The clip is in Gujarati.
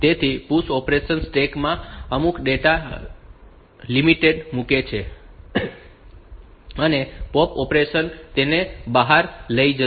તેથી PUSH ઑપરેશન સ્ટેક માં અમુક ડેટા એલિમેન્ટ મૂકશે અને POP ઑપરેશન તેને બહાર લઈ જશે